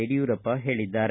ಯಡಿಯೂರಪ್ಪ ಹೇಳಿದ್ದಾರೆ